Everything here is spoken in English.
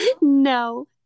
No